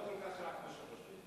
הוא לא כל כך רע כמו שחושבים.